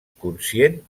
conscient